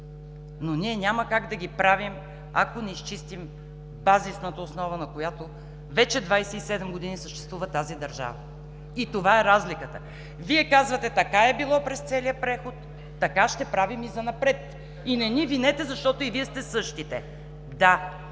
но ние няма как да ги правим, ако не изчистим базисната основа, на която вече 27 години съществува тази държава. Това е разликата! Вие казвате: така е било през целия преход, така ще правим и занапред и не ни винете, защото и Вие сте същите. Да,